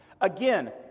Again